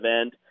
end